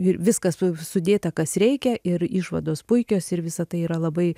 ir viskas su sudėta kas reikia ir išvados puikios ir visa tai yra labai